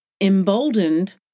emboldened